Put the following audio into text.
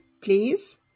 please